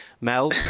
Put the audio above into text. Mel